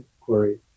query